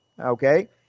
Okay